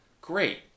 great